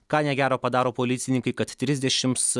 ką negero padaro policininkai kad trisdešimt